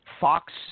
Fox